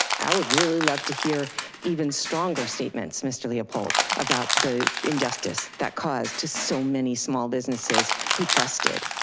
i would really love to hear even stronger statements, mr. leopold, about the injustice that caused to so many small businesses who trusted.